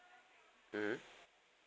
mmhmm